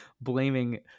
blaming